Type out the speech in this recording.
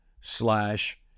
slash